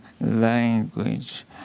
language